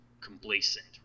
complacent